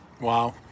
Wow